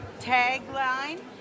tagline